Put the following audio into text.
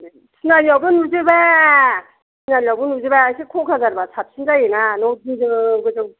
तिनालियावबो नुजोबा तिनालियावनबो नुजोबा एसे क'क्राझारबा साबसिन जायोना न' गोजौ गोजौ